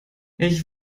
ich